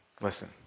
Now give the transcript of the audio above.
Listen